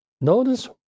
Notice